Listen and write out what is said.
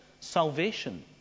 salvation